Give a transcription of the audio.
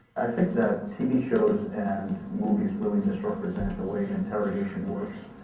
i think that tv shows and movies really misrepresent the way interrogation works.